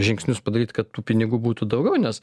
žingsnius padaryt kad tų pinigų būtų daugiau nes